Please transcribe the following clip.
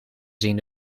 zien